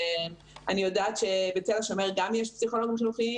אני יודעת שבתל השומר גם יש פסיכולוגיים חינוכיים